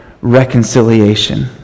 reconciliation